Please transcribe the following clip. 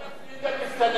אולי נפנה את המסתננים ליו"ש?